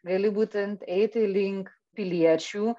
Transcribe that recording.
gali būtent eiti link piliečių